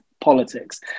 politics